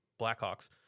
Blackhawks